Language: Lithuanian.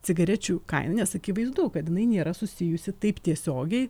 cigarečių kainą nes akivaizdu kad jinai nėra susijusi taip tiesiogiai